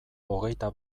hogeita